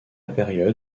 période